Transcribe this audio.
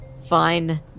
Fine